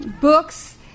books